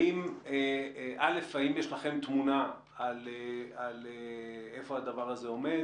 האם יש לכם תמונה איפה הדבר הזה עומד